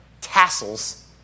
Tassels